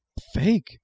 fake